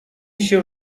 się